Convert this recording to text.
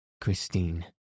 Christine